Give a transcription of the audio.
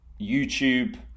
YouTube